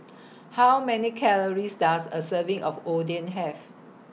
How Many Calories Does A Serving of Oden Have